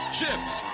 chips